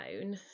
own